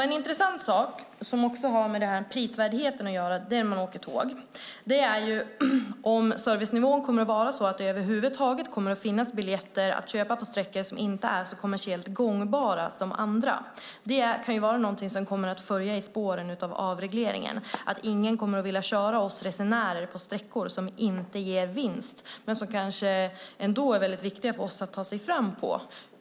En intressant sak som har med prisvärdheten med att åka tåg att göra är om servicenivån kommer att vara så att det över huvud taget kommer att finnas biljetter att köpa på sträckor som inte är lika kommersiellt gångbara som andra. Det kan vara någonting som kommer att följa i spåren av avregleringen, att ingen kommer att vilja köra oss resenärer på sträckor som inte ger vinst men som kanske ändå är väldigt viktiga för oss att ta sig fram på.